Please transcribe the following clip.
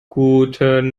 guten